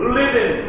living